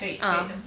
ah